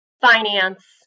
finance